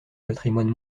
patrimoine